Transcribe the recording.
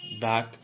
back